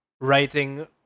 writing